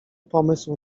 pomysł